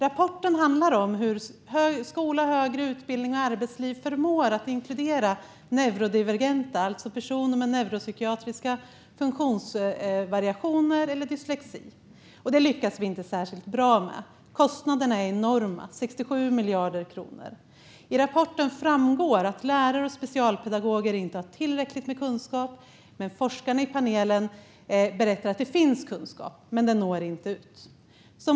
Rapporten handlar om hur skola, högre utbildning och arbetsliv förmår att inkludera neurodivergenta, alltså personer med neuropsykiatriska funktionsvariationer eller dyslexi. Och det lyckas vi inte särskilt bra med. Kostnaderna är enorma: 67 miljarder kronor. I rapporten framgår att lärare och specialpedagoger inte har tillräckligt med kunskap. Forskarna i panelen berättade att det finns kunskap, men den når inte ut.